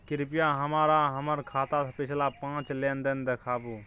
कृपया हमरा हमर खाता से पिछला पांच लेन देन देखाबु